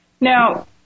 Now